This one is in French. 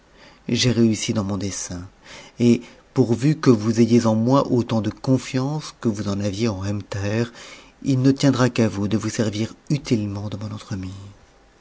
j'ai réussi dans mon dessein et pourvu que vous ayez en moi autant de confiance que vous en aviez en ebn thaher ne tiendra qu'à vous de vous servir utilement de mon entremise